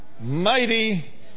mighty